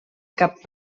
cap